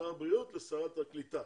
שר הבריאות לשרת הקליטה,